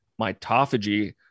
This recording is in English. mitophagy